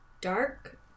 dark